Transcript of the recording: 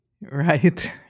Right